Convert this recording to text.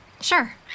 Sure